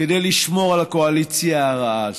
כדי לשמור על הקואליציה הרעה הזאת,